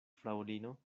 fraŭlino